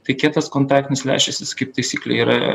tai kietas kontaktinis lęšis jis kaip taisyklė yra